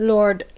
Lord